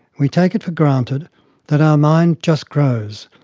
we take it for granted that our mind just grows,